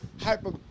hyper